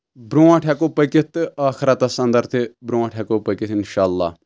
برونٛٹھ ہٮ۪کو پٔکِتھ تہٕ ٲخرَتس اَنٛدر تہِ برونٛٹھ ہٮ۪کو پٔکِتھ انشاہ اللہ